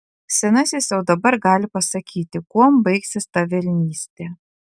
senasis jau dabar gali pasakyti kuom baigsis ta velnystė